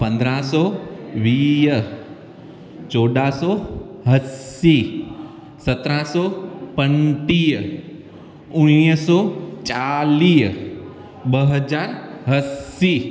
पंद्रहं सौ वीह चोॾहं सौ असीं सत्रहं सौ पंटीह उणिवीह सौ चालीह ॿ हज़ार असीं